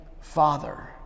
Father